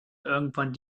irgendwann